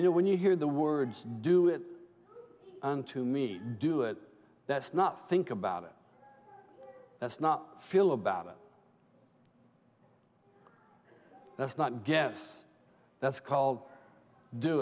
you know when you hear the words do it unto me do it that's not think about it that's not feel about it that's not guess that's called do